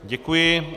Děkuji.